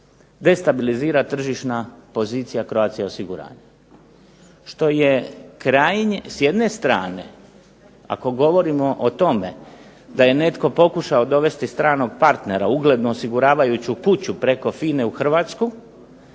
destabilizira tržišna pozicija Croatia osiguranja. Što je krajnje, s jedne strane ako govorimo o tome da je netko pokušao dovesti stranog partnera, uglednu osiguravajuću kuću preko FINA-e u Hrvatsku